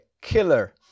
killer